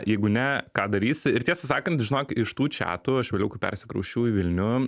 jeigu ne ką darysi ir tiesą sakant žinok iš tų čiatų aš vėliau kai persikrausčiau į vilnių